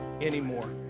anymore